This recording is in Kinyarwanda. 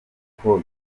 kuko